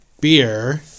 beer